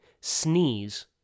sneeze